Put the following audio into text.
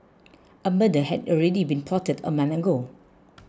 a murder had already been plotted a month ago